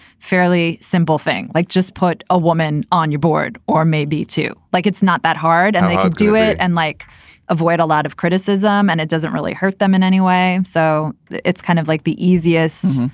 fairly simple thing, like just put a woman on your board or maybe two, like it's not that hard and they do it and like avoid a lot of criticism and it doesn't really hurt them in any way. so it's kind of like the easiest,